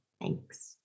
Thanks